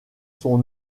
son